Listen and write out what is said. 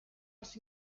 els